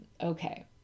Okay